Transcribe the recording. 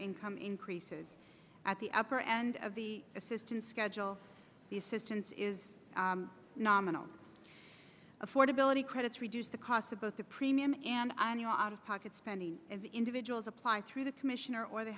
income increases at the upper end of the assistance schedule the assistance is nominal affordability credits reduce the costs of both the premium and i knew out of pocket spending as the individuals apply to the commissioner or the